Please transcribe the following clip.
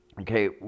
okay